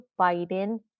Biden